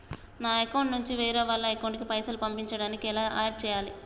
నా అకౌంట్ నుంచి వేరే వాళ్ల అకౌంట్ కి పైసలు పంపించడానికి ఎలా ఆడ్ చేయాలి?